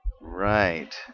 Right